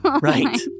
right